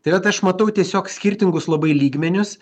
tai vat aš matau tiesiog skirtingus labai lygmenius